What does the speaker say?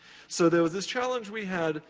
so, there was this challenge we had,